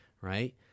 Right